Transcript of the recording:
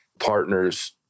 partner's